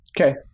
Okay